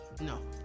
No